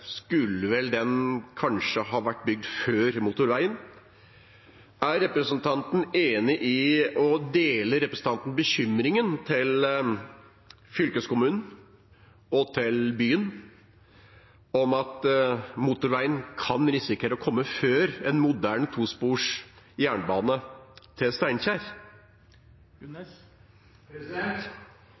skulle vel ha vært bygd før motorveien? Er representanten enig i og deler representanten bekymringen til fylkeskommunen og til byen om at man kan risikere at motorveien kommer før en moderne tospors jernbane til